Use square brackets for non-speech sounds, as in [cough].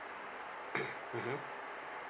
[noise] mmhmm